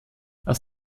aus